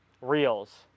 reels